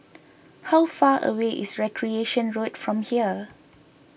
how far away is Recreation Road from here